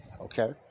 okay